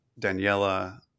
Daniela